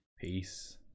peace